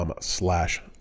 slash